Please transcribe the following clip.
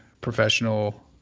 professional